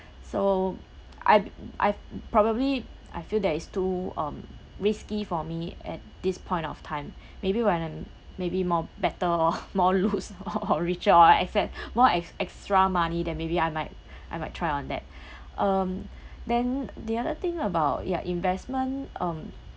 so I I probably I feel that it's too um risky for me at this point of time maybe when I'm maybe more better loh more loose or or richer or asset more ex~ extra money then maybe I might I might try on that um then the other thing about ya investment um